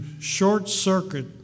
short-circuit